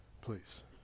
Please